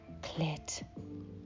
clit